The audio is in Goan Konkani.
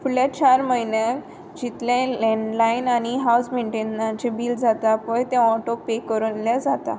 फुडल्या चार म्हयन्यांत जितलें लॅंडलायन आनी हावज मेंटेनन्साचें बील जाता पय तें ऑटोपे करूंन लें जाता